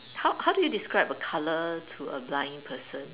how how do you describe a colour to a blind person